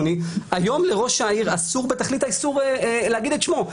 היום לראש העיר אסור בתכלית האיסור להגיד את שמו.